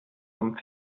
vom